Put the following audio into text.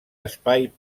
espai